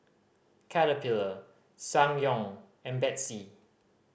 Caterpillar Ssangyong and Betsy